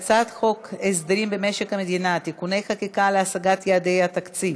חוק הסדרים במשק המדינה (תיקוני חקיקה להשגת יעדי התקציב)